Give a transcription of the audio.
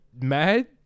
Mad